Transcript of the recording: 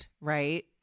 right